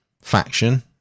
faction